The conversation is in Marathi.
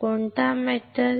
कोणता मेटल